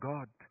God